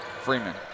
Freeman